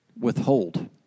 withhold